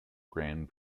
grand